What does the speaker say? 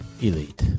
elite